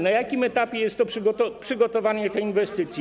Na jakim etapie jest przygotowanie tej inwestycji?